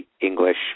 English